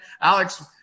Alex